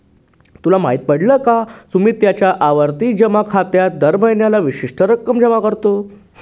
तुला माहित पडल का? सुमित त्याच्या आवर्ती जमा खात्यात दर महीन्याला विशिष्ट रक्कम जमा करतो